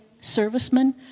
servicemen